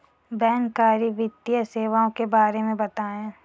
बैंककारी वित्तीय सेवाओं के बारे में बताएँ?